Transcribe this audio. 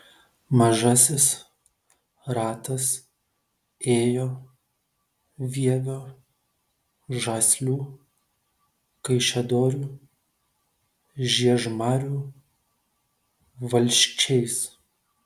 mažasis ratas ėjo vievio žaslių kaišiadorių žiežmarių valsčiais